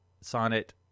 Sonnet